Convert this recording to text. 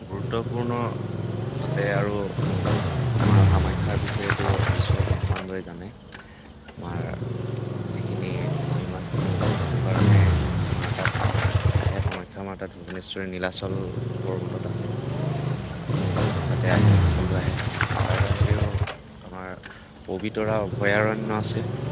গুৰুত্বপূৰ্ণ তাতে আৰু মা কামাখ্যাৰ বিষয়েটো বিশ্ব ব্ৰহ্মাণ্ডই জানে মাৰ যিখিনি মহিমা সেইটো কাৰণে মাৰ তাত আহে কামাখ্যা মাৰ তাত ভূৱনেশ্বৰী নীলাচল পৰ্বতত আছে তাতে আহে সকলো আহে আৰু তাৰ বাহিৰেও আমাৰ পবিতৰা অভয়াৰণ্য আছে